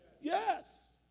Yes